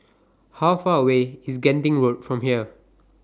How Far away IS Genting Road from here